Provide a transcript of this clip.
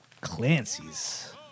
Clancy's